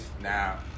now